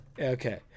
Okay